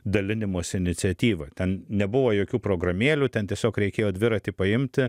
dalinimosi iniciatyva ten nebuvo jokių programėlių ten tiesiog reikėjo dviratį paimti